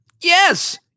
Yes